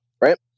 right